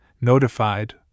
notified